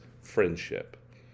friendship